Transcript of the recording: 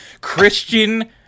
Christian